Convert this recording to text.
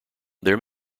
there